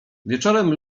wieczorem